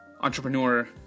entrepreneur